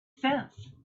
sense